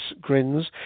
grins